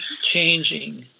changing